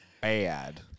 bad